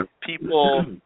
people